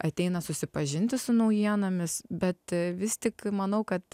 ateina susipažinti su naujienomis bet vis tik manau kad